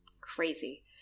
crazy